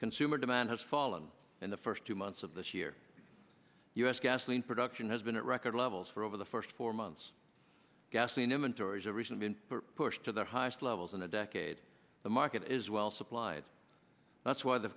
consumer demand has fallen in the first two months of this year u s gasoline production has been at record levels for over the first four months gasoline inventories are recent been pushed to their highest levels in a decade the market is well supplied that's why the